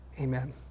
Amen